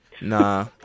Nah